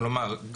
כלומר,